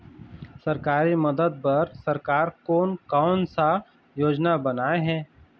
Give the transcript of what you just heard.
सरकारी मदद बर सरकार कोन कौन सा योजना बनाए हे?